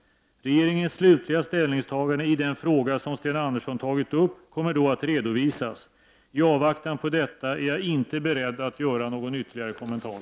Regeringens slutliga ställningstagande i den fråga som Sten Andersson tagit upp kommer då att redovisas. I avvaktan på detta är jag inte beredd att göra någon ytterligare kommentar.